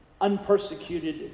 unpersecuted